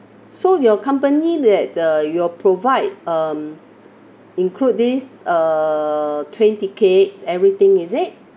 so your company that uh you will provide um include this uh train tickets everything is it